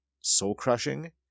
soul-crushing